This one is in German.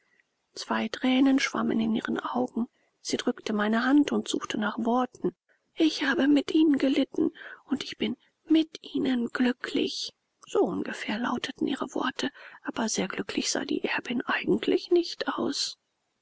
zwei tränen schwammen in ihren augen sie drückte meine hand und suchte nach worten ich habe mit ihnen gelitten und und ich bin mit ihnen glücklich so ungefähr lauteten ihre worte aber sehr glücklich sah die erbin eigentlich nicht aus